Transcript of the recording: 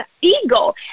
ego